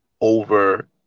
over